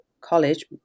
College